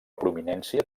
prominència